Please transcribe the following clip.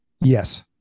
Yes